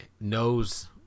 knows